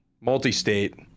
multi-state